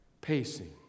pacing